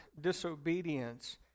disobedience